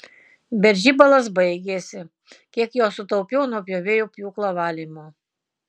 bet žibalas baigėsi kiek jo sutaupiau nuo pjovėjų pjūklo valymo